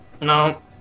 no